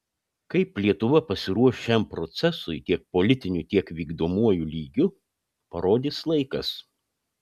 kaip lietuva pasiruoš šiam procesui tiek politiniu tiek vykdomuoju lygiu parodys laikas